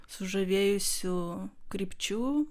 sužavėjusių krypčių